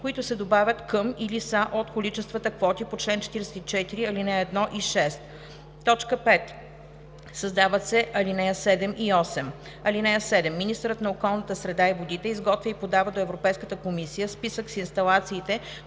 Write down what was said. които се добавят към или са от количествата квоти по чл. 44, ал. 1 и 6.“ 5. Създават се ал. 7 и 8: „(7) Министърът на околната среда и водите изготвя и подава до Европейската комисия списък с инсталациите,